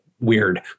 weird